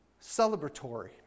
celebratory